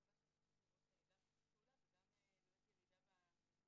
אני באמת מקווה שנמשיך לראות גם שיתוף פעולה וגם ירידה בנתונים.